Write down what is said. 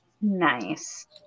nice